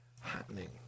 happening